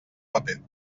paper